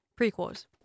prequels